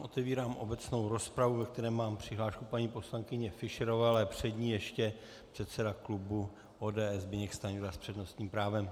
Otevírám obecnou rozpravu, do které mám přihlášku paní poslankyně Fischerové, ale před ní ještě předseda klubu ODS Zbyněk Stanjura s přednostním právem.